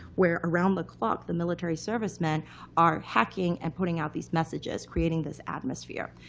where around the clock, the military service men are hacking and putting out these messages, creating this atmosphere.